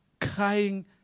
crying